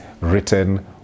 written